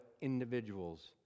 individuals